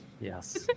Yes